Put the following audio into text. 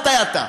מתי אתה,